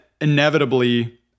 inevitably